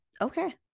okay